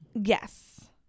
Yes